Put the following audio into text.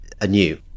anew